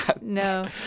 No